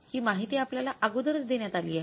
हि माहिती आपल्याला अगोदरच देण्यात अली आहे